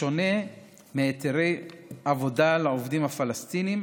בשונה מהיתרי עבודה לעובדים הפלסטינים,